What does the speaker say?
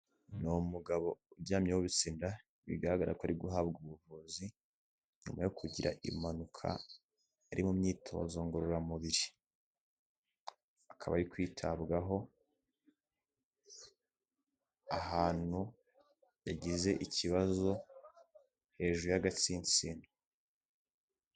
Ni umugabo uryamye yubitsinda inda bigaragara ko ari guhabwa ubuvuzi, nyuma yo kugira impanuka ari mu myitozo ngororamubiri akaba ari kwitabwaho ahantu yagize ikibazo hejuru y'agatsinsino.